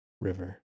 river